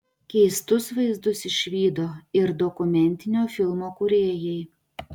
keistus vaizdus išvydo ir dokumentinio filmo kūrėjai